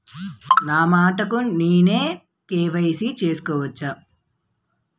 నా మటుకు నేనే కే.వై.సీ చేసుకోవచ్చా?